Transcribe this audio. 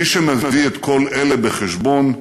מי שמביא את כל אלה בחשבון,